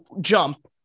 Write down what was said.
jump